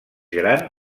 gran